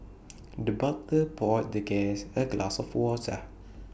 the butler poured the guest A glass of water